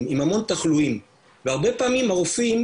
עם המון תחלואים והרבה פעמים הרופאים,